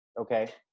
okay